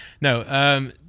No